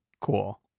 Cool